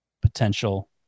potential